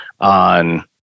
on